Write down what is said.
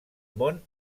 món